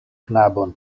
knabon